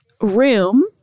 room